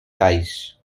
ties